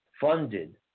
funded